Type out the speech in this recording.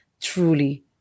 truly